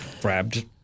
grabbed